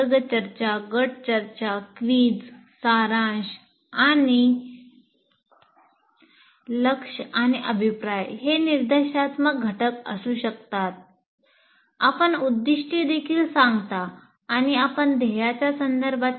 वर्ग चर्चा गट चर्चा क्विझ सारांश आणि लक्ष्य आणि अभिप्राय हे निर्देशात्मक घटक असू शकतात